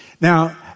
Now